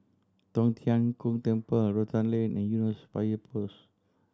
Tong Tien Kung Temple Rotan Lane and Eunos Fire Post